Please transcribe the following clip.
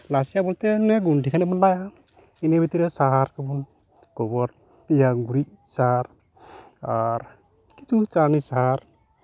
ᱱᱟᱥᱮᱭᱟᱜ ᱵᱚᱞᱛᱮ ᱜᱩᱱᱴᱷᱮ ᱠᱷᱟᱱᱮᱠ ᱵᱚᱱ ᱞᱟᱭᱟ ᱤᱱᱟᱹ ᱵᱷᱤᱛᱨᱤ ᱨᱮ ᱥᱟᱦᱟᱨ ᱠᱚᱵᱚᱱ ᱜᱩᱨᱤᱡ ᱥᱟᱨ ᱟᱨ ᱠᱤᱪᱷᱩ ᱨᱟᱥᱟᱭᱱᱤᱠ ᱥᱟᱨ